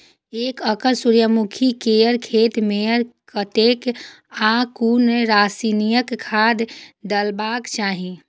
एक एकड़ सूर्यमुखी केय खेत मेय कतेक आ कुन रासायनिक खाद डलबाक चाहि?